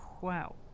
Wow